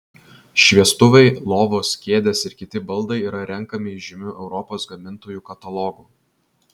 šviestuvai lovos kėdės ir kiti baldai yra renkami iš žymių europos gamintojų katalogų